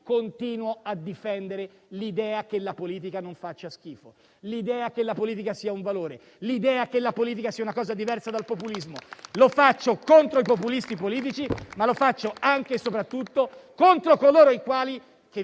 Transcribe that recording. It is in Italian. continuo a difendere l'idea che la politica non faccia schifo, l'idea che la politica sia un valore, l'idea che la politica sia una cosa diversa dal populismo. Lo faccio contro i populisti politici, ma lo faccio anche e soprattutto contro coloro i quali